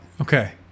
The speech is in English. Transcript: Okay